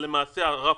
לצערנו,